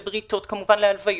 לבריתות, להלוויות,